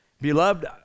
Beloved